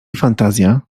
fantazja